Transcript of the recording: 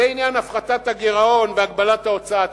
זה עניין הפחתת הגירעון והגבלת ההוצאה התקציבית,